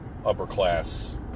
upper-class